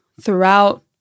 throughout